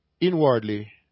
inwardly